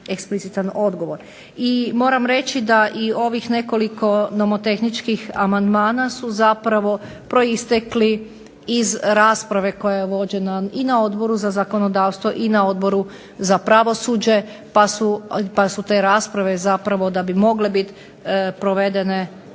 eksplicitan odgovor. I moram reći da i ovih nekoliko nomotehničkih amandmana su zapravo proistekli iz rasprave koja je vođena i na Odboru za zakonodavstvo i na Odboru za pravosuđe, pa su te rasprave da bi mogle biti provedene